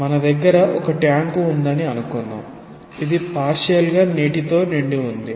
మన దగ్గర ఒక ట్యాంక్ ఉందని అనుకుందాం ఇది పార్షియల్ గా నీటితో నిండి ఉంది